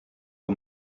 for